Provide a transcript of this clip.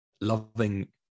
loving